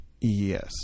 Yes